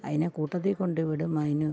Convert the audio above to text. അതിനെ കൂട്ടത്തിൽ കൊണ്ട് വിടും അതിന്